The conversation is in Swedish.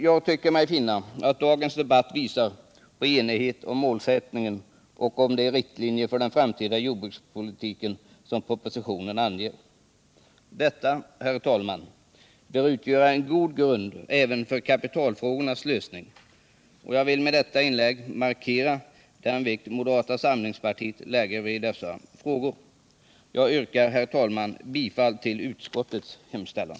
Jag tycker mig finna att dagens debatt visar på enighet om målsättningen och om de riktlinjer för den framtida jordbrukspolitiken som propositionen anger. Detta, herr talman, bör utgöra en god grund även för kapitalfrågornas lösning. Jag har med detta inlägg velat markera den vikt moderata samlingspartiet lägger vid dessa frågor. Jag yrkar, herr talman, bifall till utskottets hemställan.